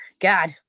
God